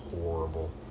horrible